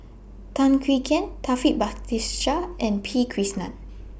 Tan Swie Hian Taufik Batisah and P Krishnan